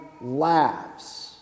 laughs